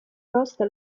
costa